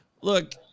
Look